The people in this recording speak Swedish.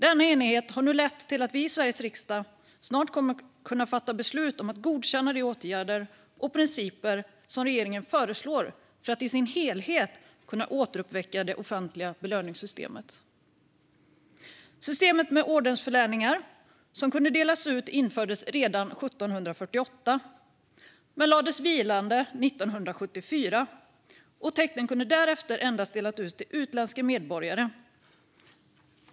Denna enighet har nu lett till att vi i Sveriges riksdag snart kommer att kunna fatta beslut om att godkänna de åtgärder och principer som regeringen föreslår för att kunna återuppväcka det offentliga belöningssystemet i dess helhet. Ett modernt offentligt belöningssystem och de allmänna flagg-dagarna Systemet med ordensförläningar som kunde delas ut infördes redan 1748 men lades vilande 1974, och tecknen kunde därefter endast delas ut till utländska medborgare.